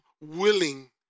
willing